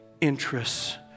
interests